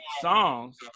songs